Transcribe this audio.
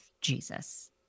Jesus